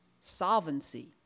solvency